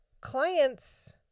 clients